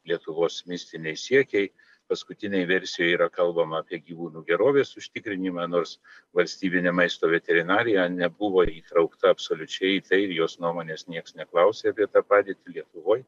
lietuvos mistiniai siekiai paskutinėj versijoj yra kalbama apie gyvūnų gerovės užtikrinimą nors valstybinė maisto veterinarija nebuvo įtraukta absoliučiai ir jos nuomonės nieks neklausė apie tą padėtį lietuvoj